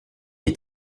est